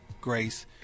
grace